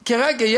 כרגע,